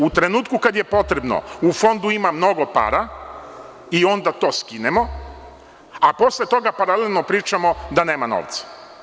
U trenutku kad je potrebno, u Fondu ima mnogo para i onda to skinemo, a posle toga paralelno pričamo da nema novca.